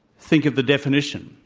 think of the definition